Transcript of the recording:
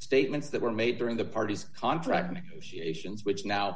statements that were made during the party's contract negotiations which now